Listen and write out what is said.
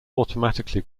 automatically